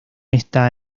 está